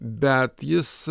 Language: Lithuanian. bet jis